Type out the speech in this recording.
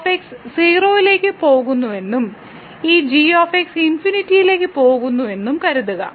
f 0 ലേക്ക് പോകുന്നുവെന്നും ഈ g ∞ ലേക്ക് പോകുന്നു എന്നും കരുതുക